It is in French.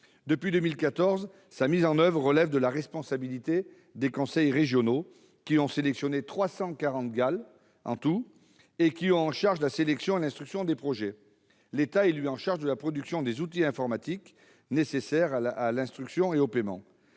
Depuis 2014, cela relève de la responsabilité des conseils régionaux, qui ont sélectionné 340 groupes d'action locale et qui ont en charge la sélection et l'instruction des projets. L'État est lui chargé de la production des outils informatiques nécessaires à l'instruction et au paiement.